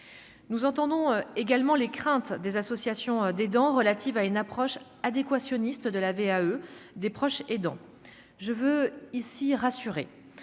nous entendons également les craintes des associations, des dents relative à une approche adéquationnisme de la VAE des proches aidants je veux ici rassurer